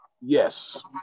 yes